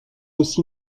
aussi